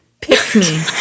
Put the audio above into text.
Pick-me